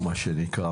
מהסיכום